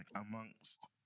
amongst